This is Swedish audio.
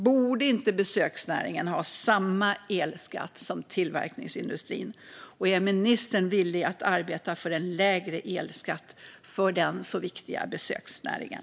Borde inte besöksnäringen ha samma elskatt som tillverkningsindustrin? Är ministern villig att arbeta för en lägre elskatt för den så viktiga besöksnäringen?